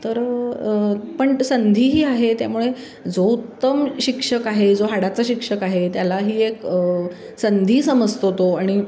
तर पण संधीही आहे त्यामुळे जो उत्तम शिक्षक आहे जो हाडाचा शिक्षक आहे त्यालाही एक संधी समजतो तो आणि